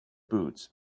boots